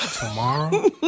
tomorrow